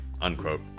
Unquote